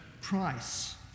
price